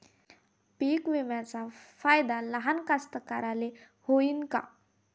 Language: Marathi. पीक विम्याचा फायदा लहान कास्तकाराइले होईन का?